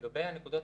לגבי הנקודות